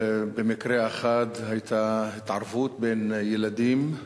במקרה אחד היתה התערבות בין ילדים,